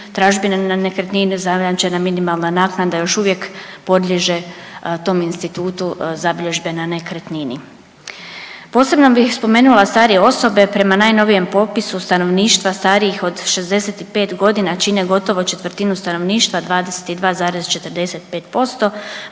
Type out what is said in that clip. tražbine na nekretnine, zajamčena minimalna naknada još uvijek podliježe tom institutu zabilježbe na nekretnini. Posebno bi spomenula starije osobe, prema najnovijem popisu stanovništva starijih od 65 godina čine gotovo četvrtinu stanovništva 22,45%,